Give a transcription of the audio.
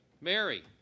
Mary